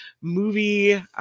movie